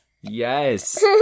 Yes